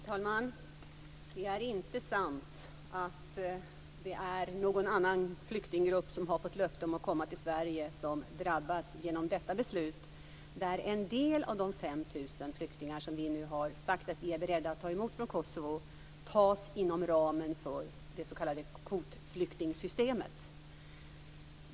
Fru talman! Det är inte sant att det är någon annan flyktinggrupp, som har fått löfte om att komma till Sverige, som drabbas genom detta beslut. En del av de 5 000 flyktingar som vi nu har sagt att vi är beredda att ta emot från Kosovo tas inom ramen för det s.k. kvotflyktingsystemet.